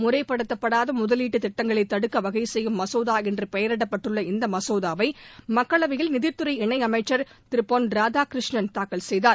முறைப்படுத்தப்படாத முதலீட்டுத் திட்டங்களை தடுக்க வகை செய்யும் மசோதா என்று பெயரிடப்பட்டுள்ள இந்த மசோதாவை மக்களவையில் நிதித்துறை இணையமைச்சர் திரு பொன் ராதாகிருஷ்ணன் தாக்கல் செய்தார்